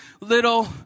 little